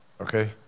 Okay